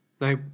Now